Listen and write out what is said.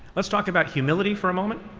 let's talk about humility for a moment.